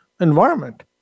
environment